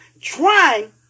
trying